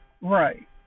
Right